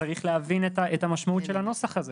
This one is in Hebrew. צריך להבין את המשמעות של הנוסח הזה,